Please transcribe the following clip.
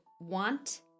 want